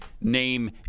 Name